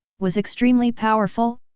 was extremely powerful,